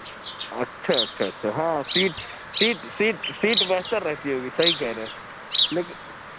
اچھا اچھا اچھا ہاں سیٹ سیٹ سیٹ سیٹ بہتر رہتی ہوگی صحیح کہہ رہے ہیں لیکن